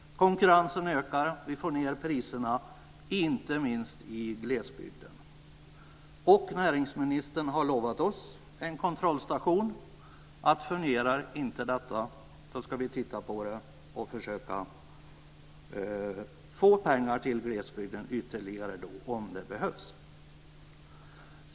Konkurrensen ökar. Vi får ned priserna, inte minst i glesbygden. Och näringsministern har lovat oss en kontrollstation. Fungerar inte detta ska vi undersöka det och försöka få ytterligare pengar till glesbygden, om det behövs.